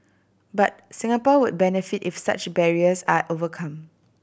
but Singapore would benefit if such barriers are overcome